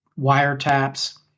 wiretaps